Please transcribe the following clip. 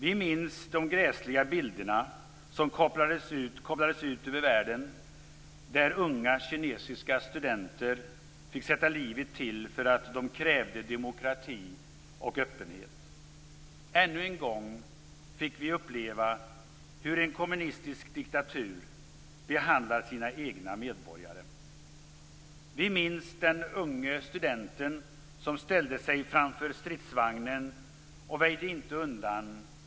Vi minns de gräsliga bilderna som kablades ut över världen, där unga kinesiska studenter fick sätta livet till för att de krävde demokrati och öppenhet. Ännu en gång fick vi uppleva hur en kommunistisk diktatur behandlar sina egna medborgare. Vi minns den unge studenten som ställde sig framför stridsvagnen och inte väjde undan.